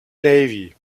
navy